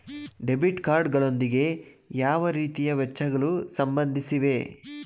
Debit card ಗಳೊಂದಿಗೆ ಯಾವ ರೀತಿಯ ವೆಚ್ಚಗಳು ಸಂಬಂಧಿಸಿವೆ?